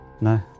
No